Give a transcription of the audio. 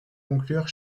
conclure